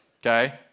Okay